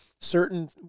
Certain